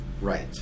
Right